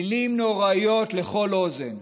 מילים נוראיות לכל אוזן,